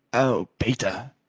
oh, peter,